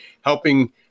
helping